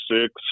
six